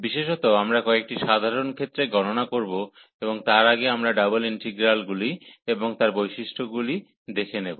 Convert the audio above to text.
বিশেষত আমরা কয়েকটি সাধারণ ক্ষেত্রে গণনা করব এবং তার আগে আমরা ডাবল ইন্টিগ্রালগুলি এবং তার বৈশিষ্ট্যগুলি দেখে নেব